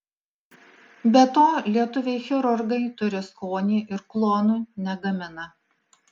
be to lietuviai chirurgai turi skonį ir klonų negamina